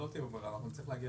תגיד